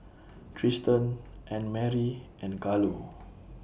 Triston Annmarie and Carlo